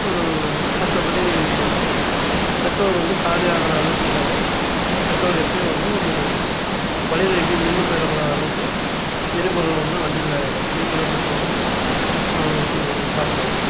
மற்றபடி வந்து பெட்ரோல் வந்து காலியாகிற அளவுக்கு இல்லாமல் பெட்ரோல் எப்போயும் வந்து ஒரு வழியில எங்கேயும் நின்று போயிடக்கூடாத அளவுக்கு எரிபொருளை வந்து வண்டியில் டீசலோ பெட்ரோலோ அதை நம்ம வச்சுக்கணும் அதை பார்த்துக்கணும்